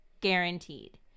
guaranteed